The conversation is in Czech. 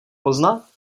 poznat